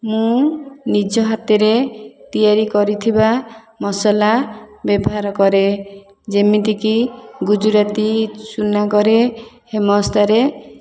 ମୁଁ ନିଜ ହାତରେ ତିଆରି କରିଥିବା ମସଲା ବ୍ୟବହାର କରେ ଯେମିତିକି ଗୁଜୁରାତି ଚୁନା କରେ ହେମଦସ୍ତାରେ